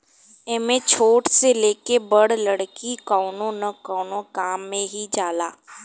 एमे छोट से लेके बड़ लकड़ी कवनो न कवनो काम मे ही जाला